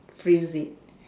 freeze it